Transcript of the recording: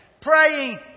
praying